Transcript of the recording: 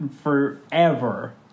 forever